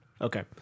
Okay